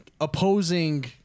opposing